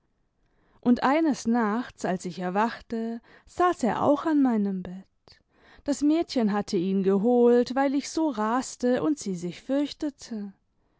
und eines nachts als ich erwachte saß er auch an meinem bett das mädchen hatte ihn geholt weil ich so raste und sie sich fürchtete